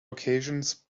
occasions